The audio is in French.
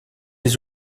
les